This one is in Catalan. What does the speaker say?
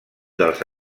dels